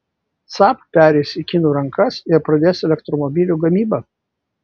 saab pereis į kinų rankas ir pradės elektromobilių gamybą